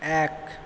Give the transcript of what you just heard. এক